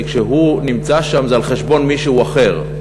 כי כשהוא נמצא שם זה על חשבון מישהו אחר.